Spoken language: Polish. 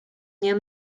nie